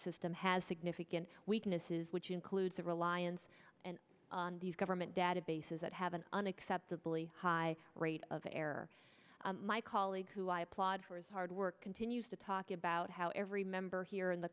system has significant weaknesses which includes a reliance on these government databases that have an unacceptably high rate of error my colleague who i applaud for his hard work continues to talk about how every member here in the